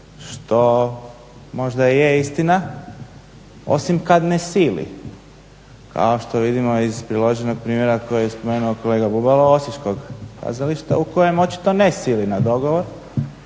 što možda je istina osim kad ne sili. Kao što vidimo iz priloženog primjera koji je spomenuo kolega Bubalo osječkog kazališta u kojem očito ne sili na dogovor.